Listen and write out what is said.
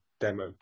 demo